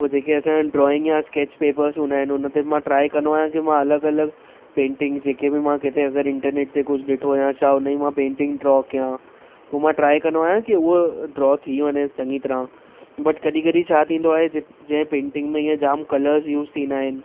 पोइ जेके असांजा ड्राइंग या स्कैच पेपर्स हूंदा आहिनि हुन ते मां ट्राए कंदो आहियां कि मां अलॻि अलॻि पेंटींग जेके बि मां किथे अगरि इंटरनेट ते कुझु ॾिठो आहियां छा हुन ई मां पेंटींग ड्रॉ कयां पोइ मां ट्राए कंदो आहियां कि उहा ड्रॉ थी वञे चङी तरह बट कॾहिं कॾहिं छा थींदो आहे जंहिं पेंटींग में इअं जाम कलर्स यूज़ थींदा आहिनि